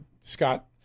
Scott